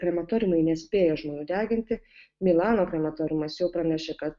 krematoriumai nespėja žmonių deginti milano krematoriumas jau pranešė kad